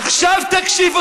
עכשיו, תקשיבו